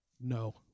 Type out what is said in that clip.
no